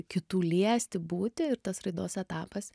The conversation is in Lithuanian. kitų liesti būti ir tas raidos etapas